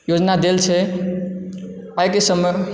योजना देल छै आइके समय